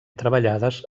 treballades